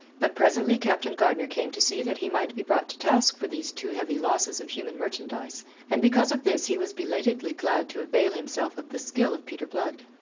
but presently captain gardner came to see that he might be brought to task for these too heavy losses of human merchandise and because of this he was belatedly glad to avail himself of the skill of peter blood.